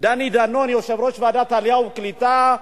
דני דנון, יושב-ראש ועדת העלייה והקליטה,